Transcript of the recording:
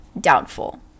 doubtful